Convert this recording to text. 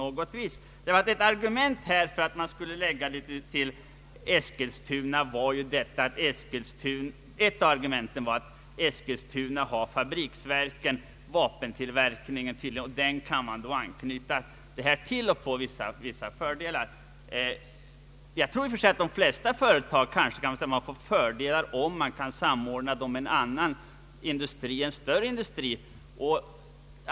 Ett av argumenten för att man skulle förlägga företaget till Eskilstuna var att Eskilstuna har fabriksverken, vapentillverkningen, och att man kan anknyta till denna verksamhet och få vissa fördelar. Måhända kan de flesta företag få fördelar om man kan samordna dem med en större industri.